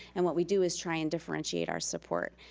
and what we do is try and differentiate our support.